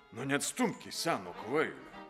nu neatstumki senio kvailio